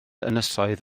ynysoedd